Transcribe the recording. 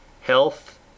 health